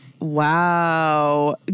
Wow